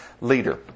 leader